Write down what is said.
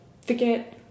Forget